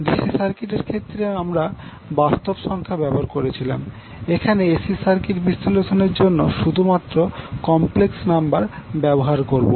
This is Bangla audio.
ডিসি সার্কিট এর ক্ষেত্রে আমরা বাস্তব সংখ্যা ব্যবহার করেছিলাম এখানে এসি সার্কিট বিশ্লেষণ এর জন্য শুধুমাত্র কম্প্লেক্স নাম্বার ব্যবহার করব